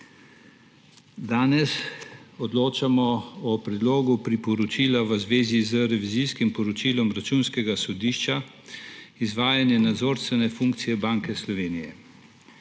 Danes odločamo o Predlogu priporočila v zvezi z Revizijskim poročilom Računskega sodišča Izvajanje nadzorstvene funkcije Banke Slovenije.